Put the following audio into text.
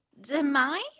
Demise